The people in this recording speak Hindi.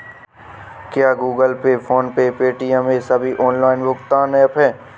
क्या Google pay phone pay Paytm ये सभी ऑनलाइन भुगतान ऐप हैं?